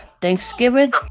Thanksgiving